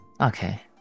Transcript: Okay